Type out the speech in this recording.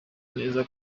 neza